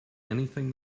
anything